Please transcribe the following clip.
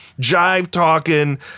jive-talking